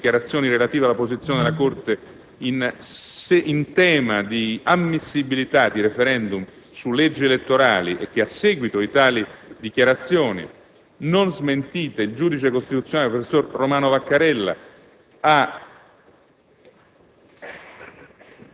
ad esponenti del Governo dichiarazioni relative alla posizione della Corte in tema di ammissibilità di *referendum* su leggi elettorali; e che a seguito di tali dichiarazioni non smentite, il giudice costituzionale, professor Romano Vaccarella,